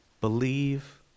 Believe